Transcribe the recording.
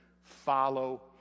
follow